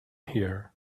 here